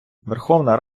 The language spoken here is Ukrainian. верховна